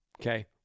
okay